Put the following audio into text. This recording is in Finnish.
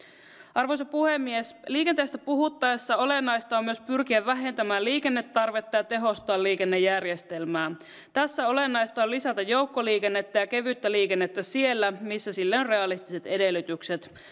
arvoisa puhemies liikenteestä puhuttaessa olennaista on myös pyrkiä vähentämään liikennetarvetta ja tehostaa liikennejärjestelmää tässä olennaista on lisätä joukkoliikennettä ja kevyttä liikennettä siellä missä sille on realistiset edellytykset